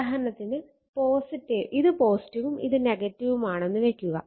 ഉദാഹരണത്തിന് ഇത് ഉം ഇത് ഉം ആണെന്ന് വെക്കുക